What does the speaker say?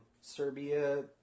Serbia